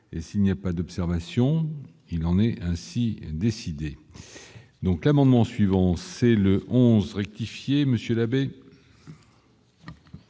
et s'il n'y a pas d'observation, il en est ainsi décidé donc l'amendement suivant, c'est le 11 rectifier, monsieur l'abbé.